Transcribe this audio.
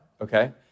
okay